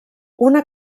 una